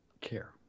care